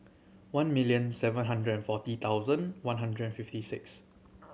one million seven hundred and forty thousand one hundred fifty six